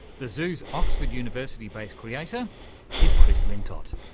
the zoo's oxford university-based creator is chris lintott.